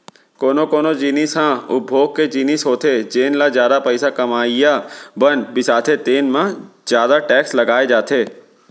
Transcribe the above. कोनो कोनो जिनिस ह उपभोग के जिनिस होथे जेन ल जादा पइसा कमइया मन बिसाथे तेन म जादा टेक्स लगाए जाथे